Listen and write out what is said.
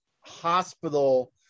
hospital